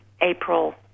April